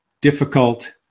difficult